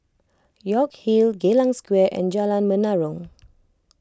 York Hill Geylang Square and Jalan Menarong